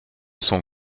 son